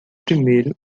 primeiro